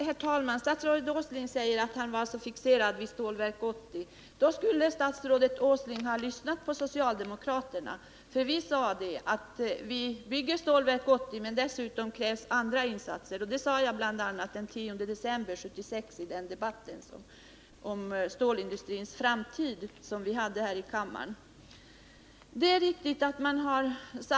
Herr talman! Statsrådet Åsling säger att han var fixerad vid Stålverk 80. Då skulle statsrådet Åsling ha lyssnat på socialdemokraterna. Vi sade nämligen: Stålverk 80 skall byggas, men dessutom krävs andra insatser. Det sade jag bl.a. i en debatt om stålindustrins framtid som vi hade här i kammaren den 10 december 1976.